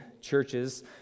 churches